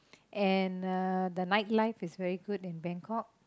and uh the night life is very good in Bangkok